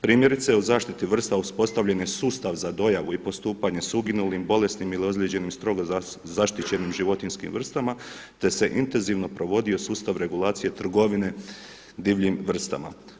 Primjerice u zaštiti vrsta uspostavljen je sustav za dojavu i postupanje sa uginulim, bolesnim ili ozlijeđenim, strogo zaštićenim životinjskim vrstama te se intenzivno provodio sustav regulacije trgovine divljim vrstama.